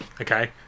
Okay